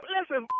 Listen